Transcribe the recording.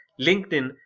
LinkedIn